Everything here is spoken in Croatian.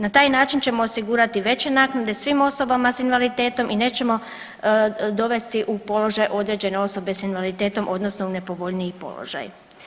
Na taj način ćemo osigurati veće naknade svim osobama s invaliditetom i nećemo dovesti u položaj određene osobe s invaliditetom odnosno u nepovoljniji položaj.